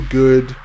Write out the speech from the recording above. good